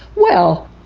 well,